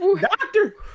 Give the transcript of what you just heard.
Doctor